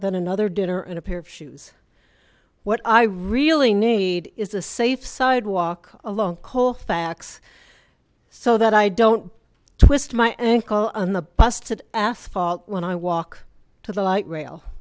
than another dinner and a pair of shoes what i really need is a safe sidewalk along colfax so that i don't twist my ankle on the busted asphalt when i walk to the light rail